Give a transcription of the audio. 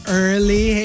early